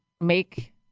make